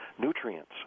nutrients